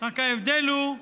רק ההבדל הוא,